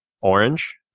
orange